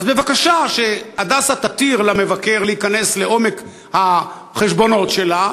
אז בבקשה ש"הדסה" תתיר למבקר להיכנס לעומק החשבונות שלה,